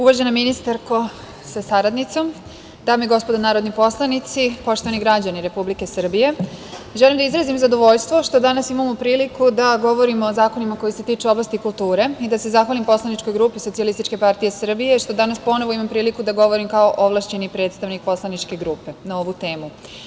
Uvaženo ministarko sa saradnicom, dame i gospodo narodni poslanici, poštovani građani Republike Srbije, želim da izrazim zadovoljstvo što danas imamo priliku da govorimo o zakonima koji se tiču oblasti kulture i da se zahvalim poslaničkoj grupi SPS što danas ponovo imam priliku da govorim kao ovlašćeni predstavnik poslaničke grupe na ovu temu.